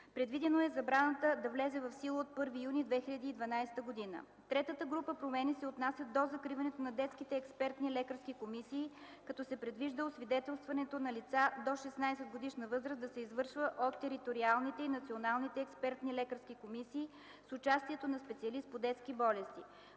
Предвидено е забраната да влезе в сила от 1 юни 2012 г. Третата група промени се отнася до закриването на детските експертни лекарски комисии, като се предвижда освидетелстването на лица до 16-годишна възраст да се извършва от териториалните и националните експертни лекарски комисии с участието на специалист по детски болести.